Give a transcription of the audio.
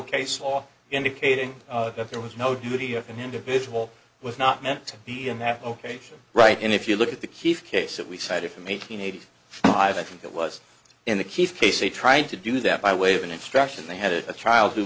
case law indicating that there was no duty of an individual was not meant to be in that location right and if you look at the kief case that we cited from eight hundred eighty five i think it was in the keith case a tried to do that by way of an instruction they had a child who